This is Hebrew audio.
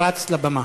פרץ לבמה.